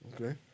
Okay